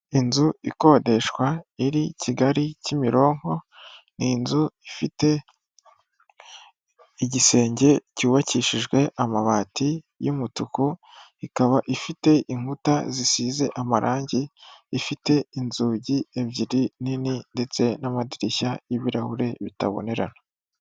Inzu ikodeshwa iri kigali Kimironko, ni inzu ifite igisenge cyubakishijwe amabati y'umutuku, ikaba ifite inkuta zisize amarangi, ifite inzugi ebyiri nini, ndetse n'amadirishya y'ibirahure bitabonerana.